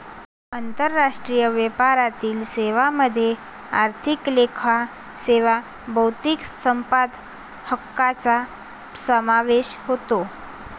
आंतरराष्ट्रीय व्यापारातील सेवांमध्ये आर्थिक लेखा सेवा बौद्धिक संपदा हक्कांचा समावेश होतो